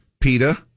PETA